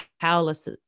powerless